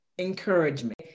encouragement